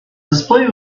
display